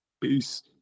Peace